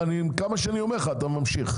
כמה שאני אומר לך אתה ממשיך.